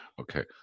Okay